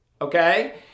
Okay